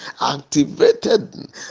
activated